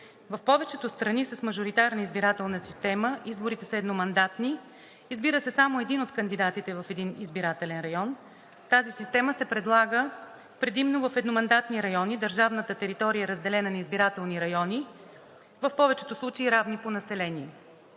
В повечето страни с мажоритарна избирателна система изборите са едномандатни, избира се само един от кандидатите в един избирателен район. Тази система се предлага предимно в едномандатни райони. Държавната територия е разделена на избирателни райони, в повечето случаи равни по население,